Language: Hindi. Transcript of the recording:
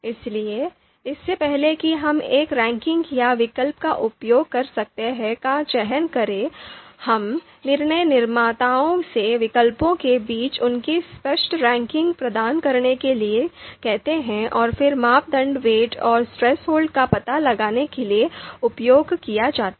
इसलिए इससे पहले कि हम एक रैंकिंग या विकल्प का उपयोग कर सकते हैं का चयन करें हम निर्णय निर्माताओं से विकल्पों के बीच उनकी स्पष्ट रैंकिंग प्रदान करने के लिए कहते हैं और फिर मापदंड वेट और थ्रेसहोल्ड का पता लगाने के लिए उपयोग किया जाता है